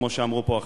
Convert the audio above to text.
כמו שאמרו פה אחרים.